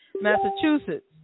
Massachusetts